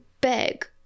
beg